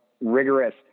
rigorous